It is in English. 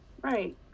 Right